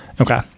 okay